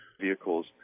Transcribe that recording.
vehicles